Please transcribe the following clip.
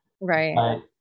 Right